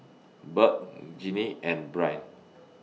Burk Ginny and Brian